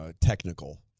technical